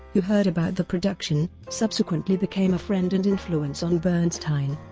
who heard about the production, subsequently became a friend and influence on bernstein.